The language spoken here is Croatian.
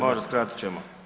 Može, skratit ćemo.